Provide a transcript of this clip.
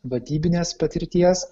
vadybinės patirties